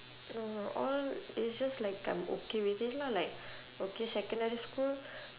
no not all it's just like I'm okay with it lah like okay secondary school